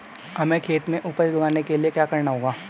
हमें खेत में उपज उगाने के लिये क्या करना होगा?